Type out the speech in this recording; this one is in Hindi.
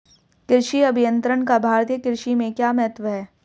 कृषि अभियंत्रण का भारतीय कृषि में क्या महत्व है?